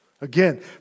Again